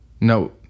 No